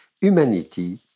humanity